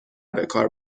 بکار